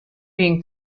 being